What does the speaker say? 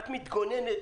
את מתגוננת,